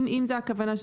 אם זו הכוונה,